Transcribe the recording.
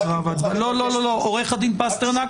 עורך הדין פסטרנק,